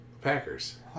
Packers